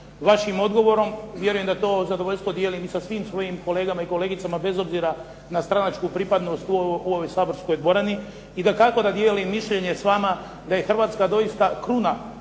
vašim odgovorom. Vjerujem da to zadovoljstvo dijelim i sa svim svojim kolegama i kolegicama bez obzira na stranačku pripadnost u ovoj saborskoj dvorani i dakako da dijelim mišljenje s vama da je Hrvatska doista kruna